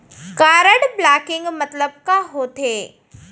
Card blocking मतलब का होथे?